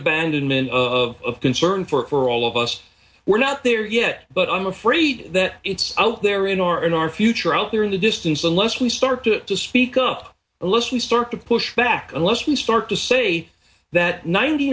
abandonment of concern for all of us we're not there yet but i'm afraid that it's out there in our in our future out there in the distance unless we start to speak up a list we start to push back unless we start to say that ninety